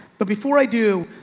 but before i do,